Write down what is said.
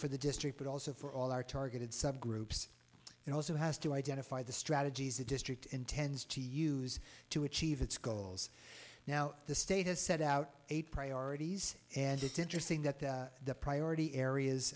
for the district but also for all our targeted subgroups and also has to identify the strategies the district intends to use to achieve its goals now the state has set out eight priorities and it's interesting that the priority areas